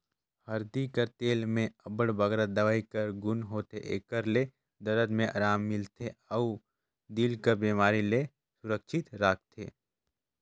हरदी कर तेल में अब्बड़ बगरा दवई कर गुन होथे, एकर ले दरद में अराम मिलथे अउ दिल कर बेमारी ले सुरक्छित राखथे